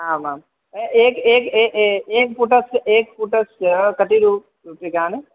आम् आम् आम् एकस्य एकस्य एकम् एकस्य एकस्य पुटस्य एकस्य पुटस्य कति रूप्यकाणि